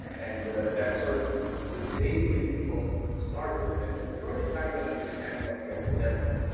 and that's sort of the base thing people start with. and in order to have an understanding of the epidemic,